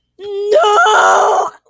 No